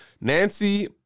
Nancy